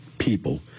people